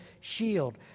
shield